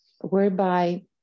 whereby